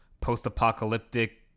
post-apocalyptic